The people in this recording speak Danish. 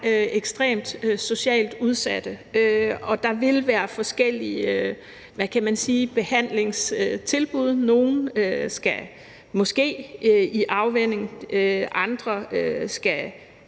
ekstremt socialt udsatte, og der vil være forskellige behandlingstilbud. Nogle skal måske i afvænning. Andre skal